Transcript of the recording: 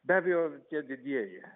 be abejo tie didieji